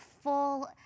full